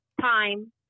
time